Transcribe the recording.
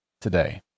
today